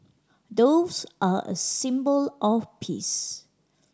doves are a symbol of peace